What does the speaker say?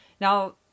Now